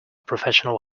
professional